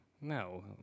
No